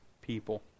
people